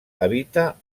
habita